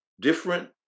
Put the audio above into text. different